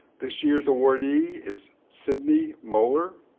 this year's awardee is sydney moeller.